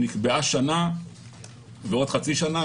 נקבעה שנה ועוד חצי שנה.